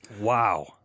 Wow